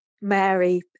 Mary